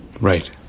Right